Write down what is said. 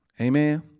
Amen